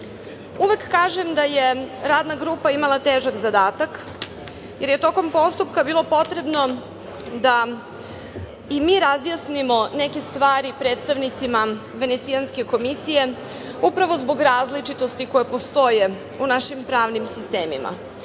kažem da je Radna grupa imala težak zadatak, jer je tokom postupka bilo potrebno da i mi razjasnimo neke stvari predstavnicima Venecijanske komisije, upravo zbog različitosti koje postoje u našim pravnim sistemima.